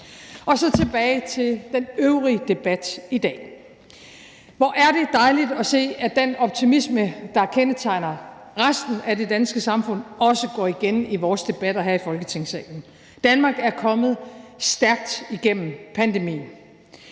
Så tilbage til den øvrige debat i dag: Hvor er det dejligt at se, at den optimisme, der kendetegner resten af det danske samfund, også går igen i vores debatter her i Folketingssalen. Danmark er kommet stærkt igennem pandemien.